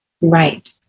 Right